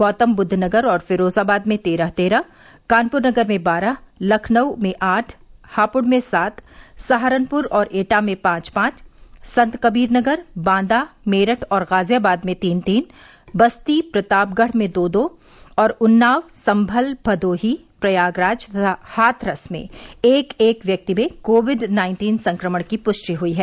गौतमबुद्व नगर और फिरोजाबाद में तेरह तेरह कानपुर नगर में बारह लखनऊ में आठ हापुड़ में सात सहारनपुर और एटा में पांच पांच संतकबीर नगर बांदा मेरठ और गाजियाबाद में तीन तीन बस्ती प्रतापगढ़ में दो दो और उन्नाव सम्भल भदोही प्रयागराज तथा हाथरस में एक एक व्यक्ति में कोविड नाइन्टीन संक्रमण की प्ष्टि हई है